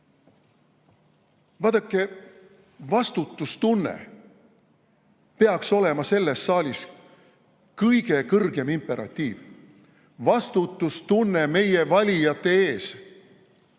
Vaadake, vastutustunne peaks olema selles saalis kõige kõrgem imperatiiv. Vastutustunne meie valijate ees.